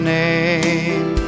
name